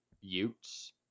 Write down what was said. Utes